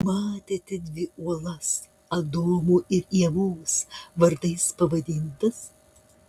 matėte dvi uolas adomo ir ievos vardais pavadintas